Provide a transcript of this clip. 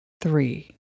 three